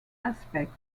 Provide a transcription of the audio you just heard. aspects